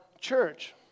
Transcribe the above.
church